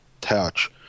touch